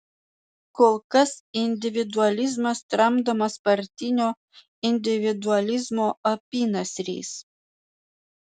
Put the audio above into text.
kol kas individualizmas tramdomas partinio individualizmo apynasriais